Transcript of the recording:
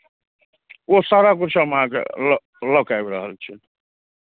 ओ सारा किछु हम अहाँके ल लऽ कऽ आबि रहल छी